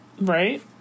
right